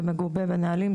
זה מגובה בנהלים,